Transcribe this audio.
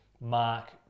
mark